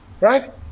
Right